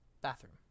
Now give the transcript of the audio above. bathroom